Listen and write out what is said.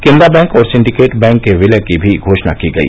Canara bank और Syndicate bank के विलय की भी घोषणा की गई